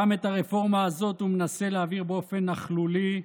גם את הרפורמה הזאת הוא מנסה להעביר באופן נכלולי,